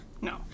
No